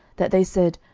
that they said,